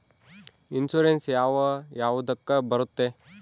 Insurance ಯಾವ ಯಾವುದಕ್ಕ ಬರುತ್ತೆ?